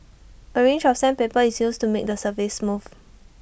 A range of sandpaper is used to make the surface smooth